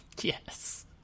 Yes